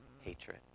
hatred